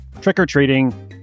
trick-or-treating